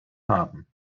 haben